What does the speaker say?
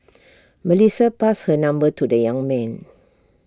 Melissa passed her number to the young man